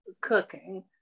cooking